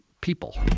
people